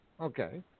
Okay